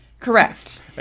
Correct